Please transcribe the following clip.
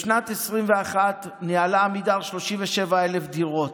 בשנת 2021 ניהלה עמידר 37,000 דירות,